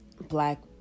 black